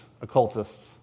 occultists